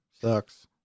Sucks